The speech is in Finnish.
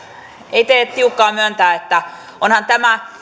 ei tee tiukkaa myöntää että ovathan tämä